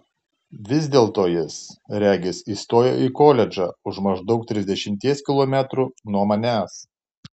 vis dėlto jis regis įstojo į koledžą už maždaug trisdešimties kilometrų nuo manęs